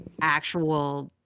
actual